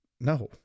no